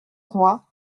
roi